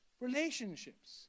relationships